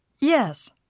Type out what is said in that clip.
Yes